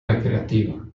recreativa